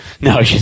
No